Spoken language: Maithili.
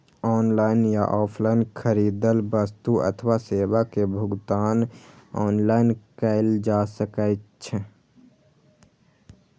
ऑनलाइन या ऑफलाइन खरीदल वस्तु अथवा सेवा के भुगतान ऑनलाइन कैल जा सकैछ